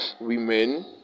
women